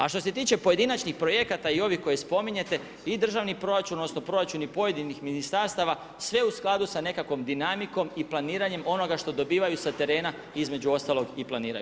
A što se tiče pojedinačnih projekata i koje spominjete i državni proračun odnosno proračuni pojedinih ministarstava sve u skladu sa nekakvom dinamikom i planiranjem onoga što dobivaju sa terena između ostalog i planiraju.